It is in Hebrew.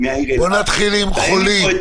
אתם טועים.